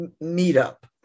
meet-up